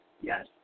Yes